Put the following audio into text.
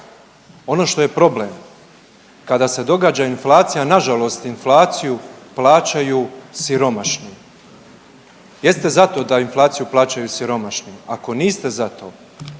Ono što je problem kada se događa inflacija, nažalost inflaciju plaćaju siromašni. Jeste za to da inflaciju plaćaju siromašni? Ako niste za to